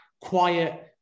quiet